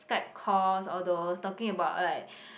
Skype calls all those talking about like